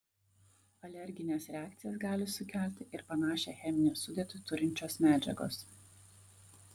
alergines reakcijas gali sukelti ir panašią cheminę sudėtį turinčios medžiagos